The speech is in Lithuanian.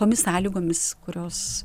tokiomis sąlygomis kurios